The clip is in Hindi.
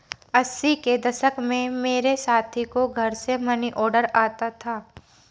अस्सी के दशक में मेरे साथी को घर से मनीऑर्डर आता था